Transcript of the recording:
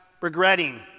regretting